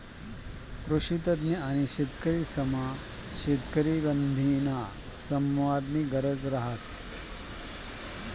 कृषीतज्ञ आणि शेतकरीसमा शेतीसंबंधीना संवादनी गरज रहास